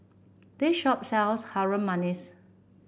this shop sells Harum Manis